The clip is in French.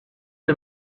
est